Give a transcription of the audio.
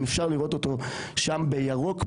אם אפשר לראות אותו שם בירוק,